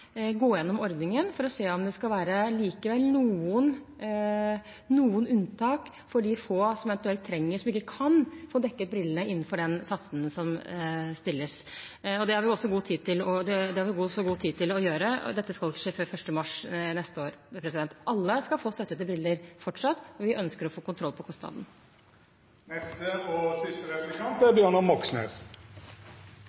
gå gjennom ordningen for å se om det likevel skal være noen unntak for de få som eventuelt trenger det, som ikke kan få dekket brillene innenfor de satsene som finnes. Det har vi god tid til å gjøre. Dette skal ikke skje før 1. mars neste år. Alle skal fortsatt få støtte til briller, men vi ønsker å få kontroll på kostnaden. I dagens avis framgår det at Nav så tidlig som i juni 2018 ba om en rettslig vurdering fra Arbeids- og